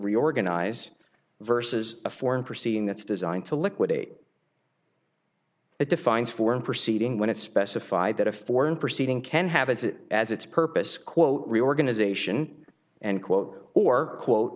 reorganize versus a foreign proceeding that's designed to liquidate it defines foreign proceeding when it's specified that a foreign proceeding can have as it as its purpose quote reorganization and quote or quote